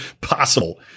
possible